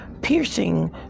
piercing